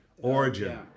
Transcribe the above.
Origin